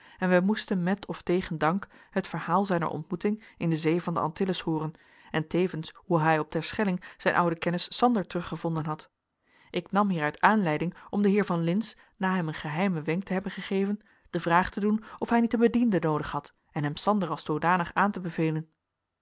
en wij moesten met of tegen dank het verhaal zijner ontmoeting in de zee van de antilles hooren en tevens hoe hij op terschelling zijn ouden kennis sander teruggevonden had ik nam hieruit aanleiding om den heer van lintz na hem een geheimen wenk te hebben gegeven de vraag te doen of hij niet een bediende noodig had en hem sander als zoodanig aan te bevelen